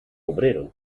obrero